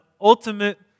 ultimate